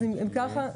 אם כך,